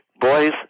Boys